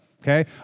Okay